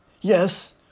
Yes